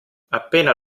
appena